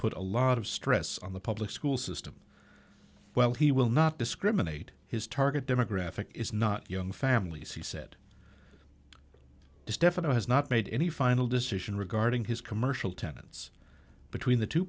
put a lot of stress on the public school system well he will not discriminate his target demographic is not young families he said stefano has not made any final decision regarding his commercial tenants between the two